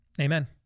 Amen